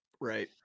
Right